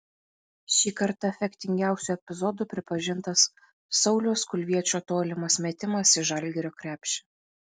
šį kartą efektingiausiu epizodu pripažintas sauliaus kulviečio tolimas metimas į žalgirio krepšį